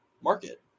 market